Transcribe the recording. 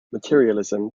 materialism